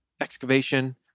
excavation